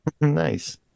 Nice